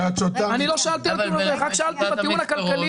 שאלתי רק לגבי הטיעון הכלכלי,